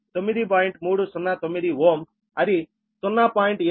309 Ωఅది 0